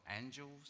angels